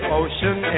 ocean